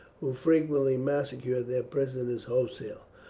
who frequently massacred their prisoners wholesale.